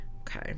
Okay